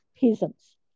Peasants